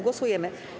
Głosujemy.